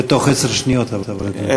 אבל בתוך עשר שניות, אדוני.